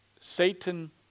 Satan